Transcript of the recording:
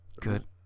Good